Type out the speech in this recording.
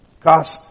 Cost